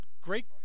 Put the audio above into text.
great